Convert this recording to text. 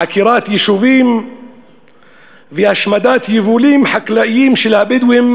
עקירת יישובים והשמדת יבולים חקלאיים של הבדואים,